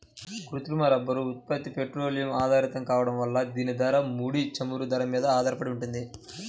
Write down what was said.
కృత్రిమ రబ్బరు ఉత్పత్తి పెట్రోలియం ఆధారితం కావడం వల్ల దీని ధర, ముడి చమురు ధర మీద ఆధారపడి ఉంటుంది